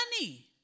money